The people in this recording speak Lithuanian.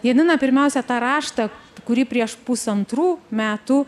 janina pirmiausia tą raštą kurį prieš pusantrų metų